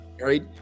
Right